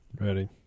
Ready